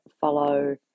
follow